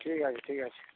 ঠিক আছে ঠিক আছে